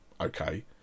okay